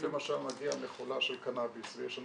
ואם למשל מגיעה מכולה של קנאביס ויש לנו